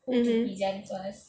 mmhmm